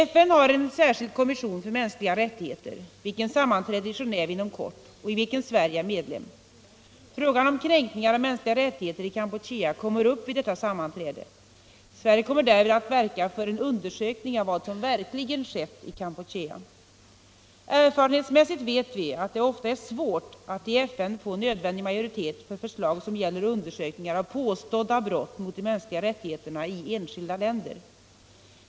FN har en särskild kommission för mänskliga rättigheter, vilken sammanträder i Genéve inom kort och i vilken Sverige är medlem. Frågan om kränkningar av mänskliga rättigheter i Kampuchea kommer upp vid detta sammanträde. Sverige kommer därvid att verka för en undersökning av vad som verkligen skett i Kampuchea. Erfarenhetsmässigt vet vi att det ofta är svårt att i FN få nödvändig majoritet för förslag som gäller undersökningar av påstådda brott mot de mänskliga rättigheterna i enskilda länder.